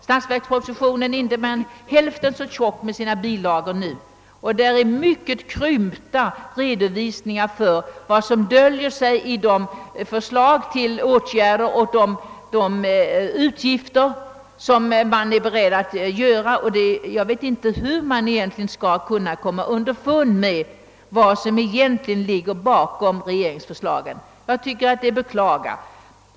Statsverkspropositionen med bilagor är nu inte mer än hälften så tjock som tidigare, och där finns mycket krympta redovisningar för vad som ligger bakom de förslag till åtgärder man vill företa och de utgifter man är beredd att göra; och jag vet inte hur man egentligen skall komma underfund med vad regeringen grundat sina förslag på. Detta är att beklaga.